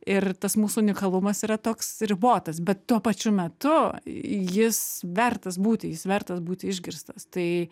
ir tas mūsų unikalumas yra toks ribotas bet tuo pačiu metu jis vertas būti jis vertas būti išgirstas tai